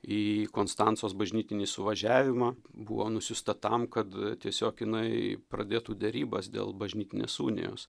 į konstancos bažnytinį suvažiavimą buvo nusiųsta tam kad tiesiog jinai pradėtų derybas dėl bažnytinės unijos